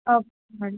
okay madam